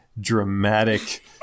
dramatic